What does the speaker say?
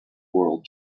world